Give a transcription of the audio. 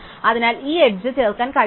അതിനാൽ ഈ എഡ്ജ് ചേർക്കാൻ കഴിയില്ല